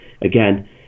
again